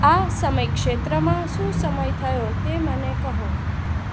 આ સમય ક્ષેત્રમાં શું સમય થયો તે મને કહો